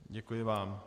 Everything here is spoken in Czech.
Děkuji vám.